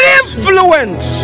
influence